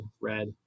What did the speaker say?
red